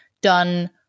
done